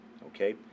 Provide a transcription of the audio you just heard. Okay